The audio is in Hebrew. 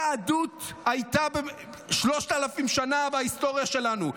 היהדות הייתה שלושת אלפים שנה בהיסטוריה שלנו.